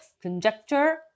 conjecture